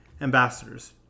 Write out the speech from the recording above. ambassadors